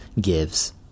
gives